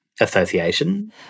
Association